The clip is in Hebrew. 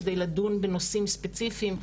כדי לדון בנושאים ספציפיים,